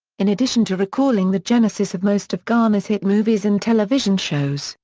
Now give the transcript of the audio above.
in addition to recalling the genesis of most of garner's hit movies and television shows,